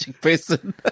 person